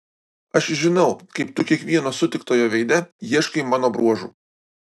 aš žinau kaip tu kiekvieno sutiktojo veide ieškai mano bruožų